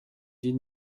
dites